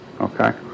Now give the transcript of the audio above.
Okay